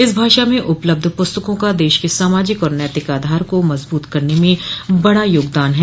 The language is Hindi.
इस भाषा में उपलब्ध पुस्तकों का देश क सामाजिक और नैतिक आधार को मजबूत करने में बड़ा योगदान है